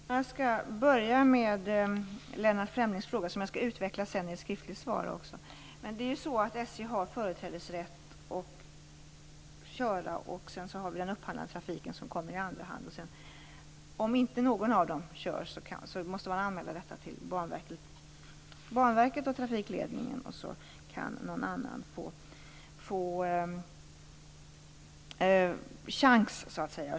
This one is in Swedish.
Fru talman! Jag skall börja med Lennart Fremlings fråga, som jag sedan också skall utveckla i ett skriftligt svar. SJ har ju företrädesrätt att köra, och sedan kommer den upphandlade trafiken i andra hand. Om ingen av dem kör måste man anmäla detta till Banverket och trafikledningen, och då kan någon annan få chansen att köra.